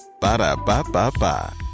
Ba-da-ba-ba-ba